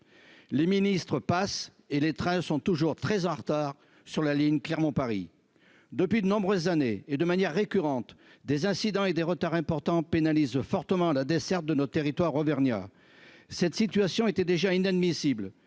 les ministres passent et les trains sont toujours très en retard sur la ligne Clermont Paris depuis de nombreuses années et de manière récurrente des incidents et des retards importants pénalise fortement la desserte de nos territoires auvergnat, cette situation était déjà inadmissible,